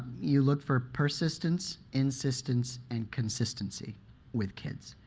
you look for persistence, insistence, and consistency with kids.